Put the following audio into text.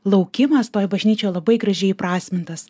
laukimas toj bažnyčioj labai gražiai įprasmintas